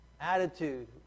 attitude